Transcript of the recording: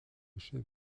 chef